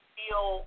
feel